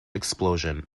explosion